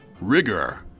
Rigor